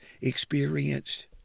experienced